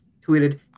tweeted